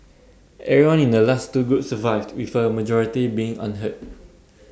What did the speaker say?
everyone in the last two groups survived with A majority being unhurt